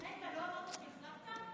רגע, לא אמרת שהחלפת?